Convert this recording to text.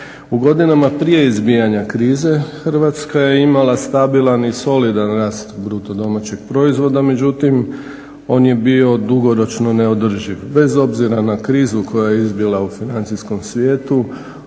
U godinama prije izbijanja krize Hrvatska je imala stabilan i solidan rast bruto domaćeg proizvoda, međutim on je bio dugoročno neodrživ, bez obzira na krizu koju je izbila u financijskom svijetu